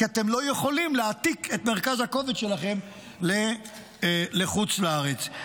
כי אתם לא יכולים להעתיק את מרכז הכובד שלכם לחוץ לארץ.